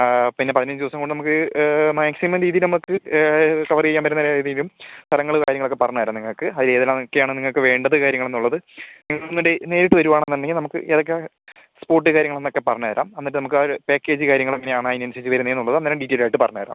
പിന്നെ പതിനഞ്ച് ദിവസം കൊണ്ട് നമുക്ക് മാക്സിമം രീതി നമുക്ക് കവർ ചെയ്യാൻ പറ്റുന്ന രീതിയിലും സ്ഥലങ്ങൾ കാര്യങ്ങളൊക്കെ പറഞ്ഞു തരാം നിങ്ങൾക്ക് അതിലേതെല്ലാം ഓക്കെയാണ് നിങ്ങൾക്ക് വേണ്ടത് കാര്യങ്ങളെന്നുള്ളത് നിങ്ങളൊന്ന് നേരിട്ട് വരികയാണെന്നുണ്ടെങ്കിൽ നമുക്ക് ഏതൊക്കെയാണ് സ്പോട്ട് കാര്യങ്ങളെന്നൊക്കെ പറഞ്ഞു തരാം എന്നിട്ട് നമുക്ക് ആ ഒരു പാക്കേജ് കാര്യങ്ങൾ എങ്ങനെയാണ് അതിനനുസരിച്ച് വരുന്നത് എന്നുള്ളത് അന്നേരം ഡീറ്റേയ്ൽഡ് ആയിട്ട് പറഞ്ഞു തരാം